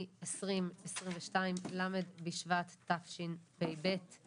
1.2.22 ל' בשבט תשפ"ב,